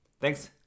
Thanks